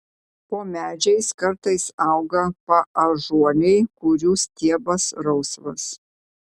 po medžiais kartais auga paąžuoliai kurių stiebas rausvas